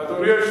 בוא נניח,